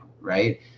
right